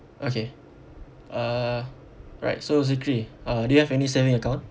okay uh right so zukri uh do you have any saving account